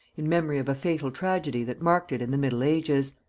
in memory of a fatal tragedy that marked it in the middle ages.